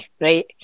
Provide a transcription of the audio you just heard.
right